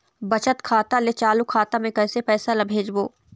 बचत खाता ले चालू खाता मे कैसे पैसा ला भेजबो?